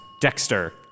Dexter